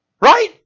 Right